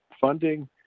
funding